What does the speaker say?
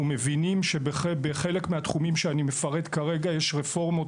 אנחנו מבינים שבחלק מהתחומים שאני מפרט כרגע יש רפורמות